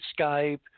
Skype